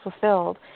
fulfilled